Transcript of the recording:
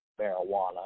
marijuana